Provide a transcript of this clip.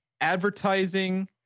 advertising